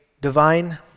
divine